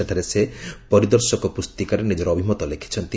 ସେଠାରେ ସେ ପରିଦର୍ଶକ ପୁସ୍ତିକାରେ ନିଜର ଅଭିମତ ଲେଖିଛନ୍ତି